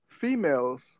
Females